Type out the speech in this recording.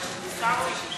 אלהרר,